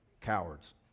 Cowards